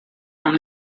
from